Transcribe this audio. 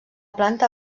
planta